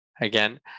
again